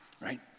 right